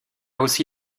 aussi